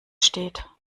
steht